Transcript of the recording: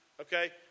okay